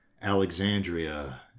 Alexandria